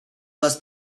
must